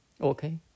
Okay